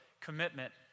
commitment